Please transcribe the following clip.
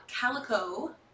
calico